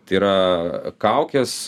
tai yra kaukės